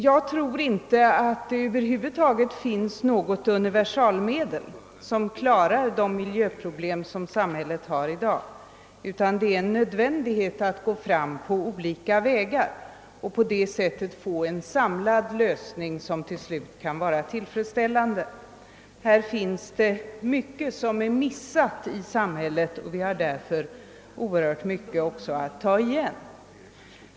Jag tror inte att det finns något universalmedel som klarar de miljöproblem som samhället har i dag, utan det är enligt min mening en nödvändighet att gå fram på olika vägar för att på det sättet få en samlad lösning, som till slut kan vara tillfredsställande. Det finns mycket som har missats i samhället, och vi har därför också oerhört mycket att ta igen.